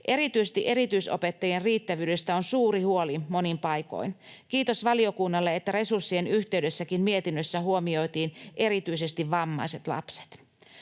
Erityisesti erityisopettajien riittävyydestä on suuri huoli monin paikoin. Kiitos valiokunnalle, että resurssien yhteydessäkin mietinnössä huomioitiin erityisesti vammaiset lapset.